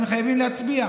אז הם חייבים להצביע.